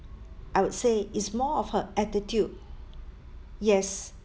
I would say it's more of her attitude yes